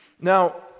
Now